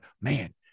man